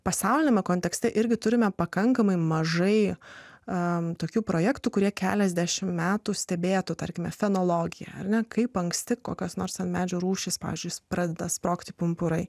pasauliniame kontekste irgi turime pakankamai mažai tokių projektų kurie keliasdešimt metų stebėtų tarkime fenologija ar ne kaip anksti kokios nors ten medžių rūšys pavyzdžiui pradeda sprogti pumpurai